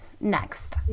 next